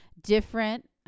different